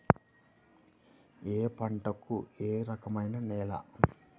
ఏ పంటకు ఏ రకమైన నేల?